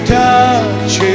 touch